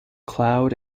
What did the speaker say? cloud